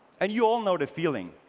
and you all know the feeling